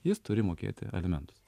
jis turi mokėti alimentus